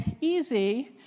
easy